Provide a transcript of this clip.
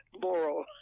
moral